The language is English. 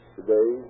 today